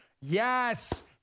Yes